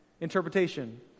Interpretation